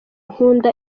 nkunda